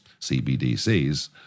CBDCs